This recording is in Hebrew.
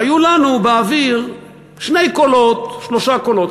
היו לנו באוויר שני קולות, שלושה קולות.